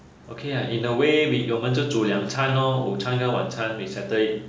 okay ah in a way 我们就煮两餐 lor 午餐跟晚餐 we settle it